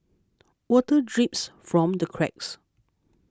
water drips from the cracks